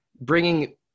bringing